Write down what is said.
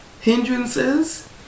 hindrances